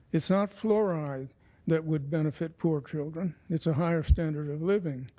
it's not fluoride that would benefit poor children. it's a higher standard of living.